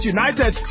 United